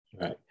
Right